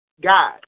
God